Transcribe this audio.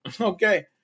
Okay